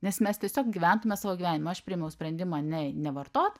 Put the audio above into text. nes mes tiesiog gyventume savo gyvenimą aš priėmiau sprendimą ne nevartot